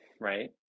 right